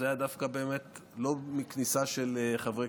זה היה דווקא באמת לא בשל כניסה של חברי